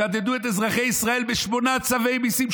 שדדו את אזרחי ישראל בשמונה צווי מיסים,